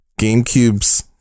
GameCube's